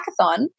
hackathon